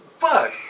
fuck